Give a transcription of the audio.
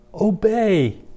Obey